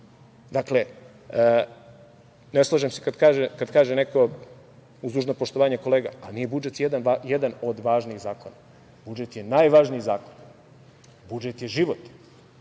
kaže. Dakle, ne slažem se kada kaže neko, uz dužno poštovanje kolega, ali nije budžet jedan od važnih zakona. Budžet je najvažniji zakon. Budžet je život.